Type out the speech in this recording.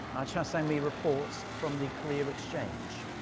our cha sang-mi reports from the korea exchange.